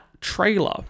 trailer